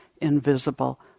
invisible